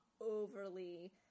overly